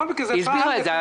היא הסבירה את זה.